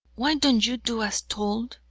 why don't you do as told?